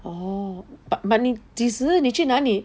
orh but 你几时你去哪里